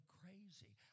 crazy